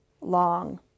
long